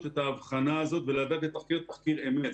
את ההבחנה הזאת ולעשות תחקיר אמת.